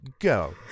Go